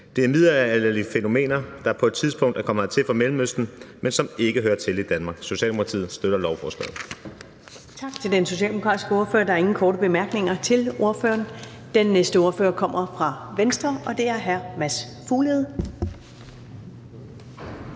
Det er middelalderlige fænomener, der på et tidspunkt er kommet hertil fra Mellemøsten, men som ikke hører til i Danmark. Socialdemokratiet støtter lovforslaget.